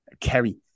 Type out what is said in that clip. Kerry